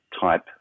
type